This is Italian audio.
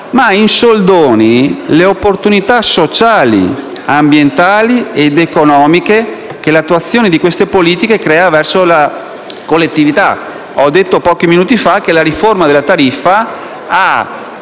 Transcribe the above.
ma, in soldoni, le opportunità sociali, ambientali ed economiche che l'attuazione di queste politiche crea verso la collettività. Ho detto pochi minuti fa che la riforma della tariffa ha